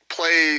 play